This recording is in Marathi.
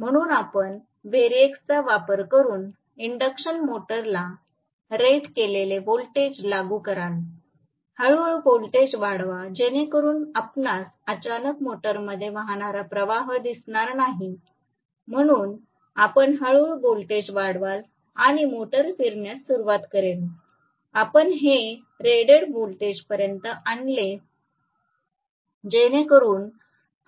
म्हणून आपण व्हेरिएक्सचा वापर करून इंडक्शन मोटरला रेट केलेले व्होल्टेज लागू कराल हळूहळू व्होल्टेज वाढवा जेणेकरुन आपणास अचानक मोटरमध्ये वाहणारा प्रवाह दिसणार नाही म्हणून आपण हळूहळू व्होल्टेज वाढवाल आणि मोटर फिरण्यास सुरवात करेल आपण हे रेटेड व्होल्टेजपर्यंत आणेल जेणेकरून